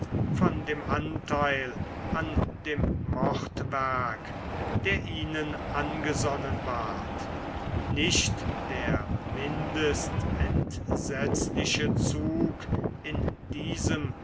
von dem anteil an dem mordwerk der ihnen angesonnen ward nicht der mindest entsetzliche zug in diesem